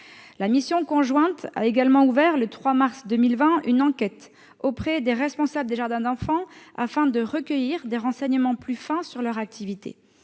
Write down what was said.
La mission conjointe a également ouvert, le 3 mars 2020, une enquête auprès des responsables des jardins d'enfants, afin de recueillir des renseignements plus fins sur leur activité.